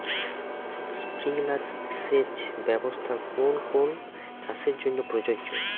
Sprinkler সেচ ব্যবস্থার কোন কোন চাষের জন্য প্রযোজ্য?